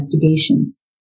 Investigations